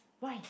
why